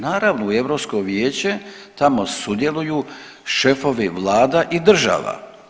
Naravno Europsko vijeće, tamo sudjeluju šefovi Vlada i država.